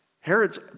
Herod's